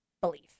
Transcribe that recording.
belief